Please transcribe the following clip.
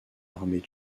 armées